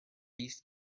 beasts